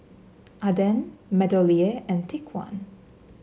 Aden MeadowLea and Take One